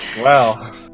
Wow